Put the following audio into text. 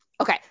Okay